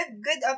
Good